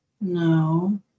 no